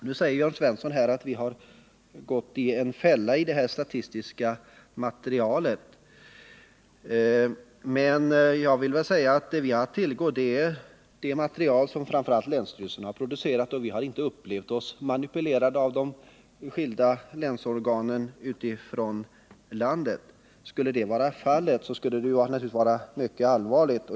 Nu säger Jörn Svensson att vi gått i en fälla beträffande det statistiska materialet. Men vad vi haft att tillgå är det material som framför allt länsstyrelserna producerat, och vi har inte upplevt oss manipulerade av de skilda länsorganen ute i landet. Skulle det vara fallet skulle det naturligtvis vara mycket allvarligt.